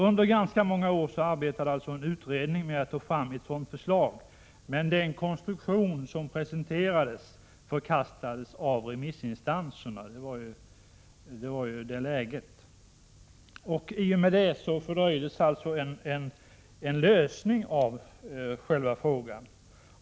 Under ganska många år arbetade en utredning med att ta fram ett sådant förslag, men den konstruktion som presenterades förkastades av remissinstanserna. I och med det fördröjdes en lösning av frågan.